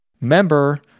Member